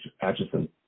Atchison